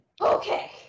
okay